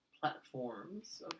platforms